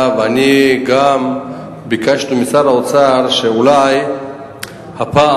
וגם אני ביקשנו משר האוצר שאולי הפעם,